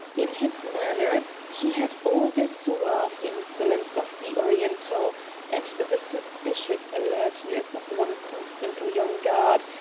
in his manner he had all the suave insolence of the oriental and the suspicious alertness of one constantly on guard,